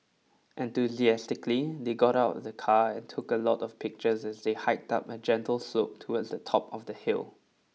enthusiastically they got out of the car and took a lot of pictures as they hiked up a gentle slope towards the top of the hill